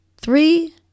three